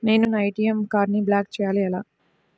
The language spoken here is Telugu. నేను నా ఏ.టీ.ఎం కార్డ్ను బ్లాక్ చేయాలి ఎలా?